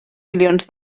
milions